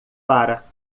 para